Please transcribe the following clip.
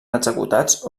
executats